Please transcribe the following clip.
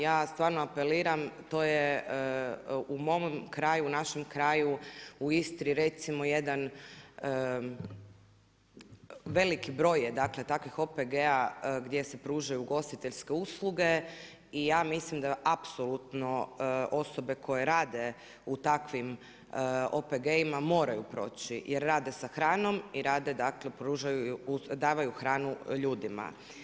Ja stvarno apeliram, to je u mom kraju u našem kraju u Istri recimo jedan veliki broj je takvih OPG-a gdje se pružaju ugostiteljske usluge i ja mislim da apsolutno osobe koje rade u takvim OPG-ima moraju proći jer rade sa hranom i davaju hranu ljudima.